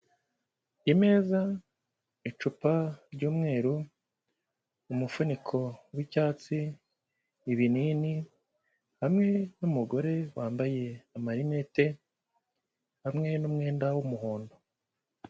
Imeza, icupa ry'umweru, umufuniko w'icyatsi, ibinini hamwe n'umugore wambaye amarinete, hamwe n'umwenda w'umuhondo.